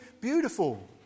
beautiful